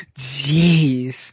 Jeez